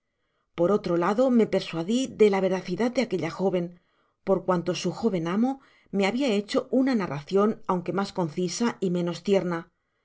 por otro lado r me persuadi de la veracidad de aquella jó ven por cuanto su jóven amo me habia hecho una narracion aunque mas concisa y menos tierna